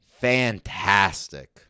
Fantastic